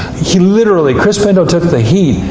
he literally, chris pinto took the heat.